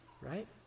right